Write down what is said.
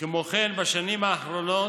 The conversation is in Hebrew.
כמו כן, בשנים האחרונות